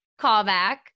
Callback